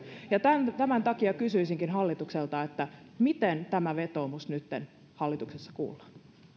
ja tämän tämän takia kysyisinkin hallitukselta miten tämä vetoomus nytten hallituksessa kuullaan